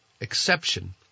exception